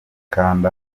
kanda